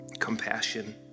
compassion